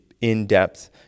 in-depth